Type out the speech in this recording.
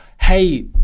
hey